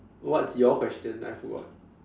what's your question I forgot